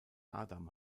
adam